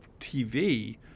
TV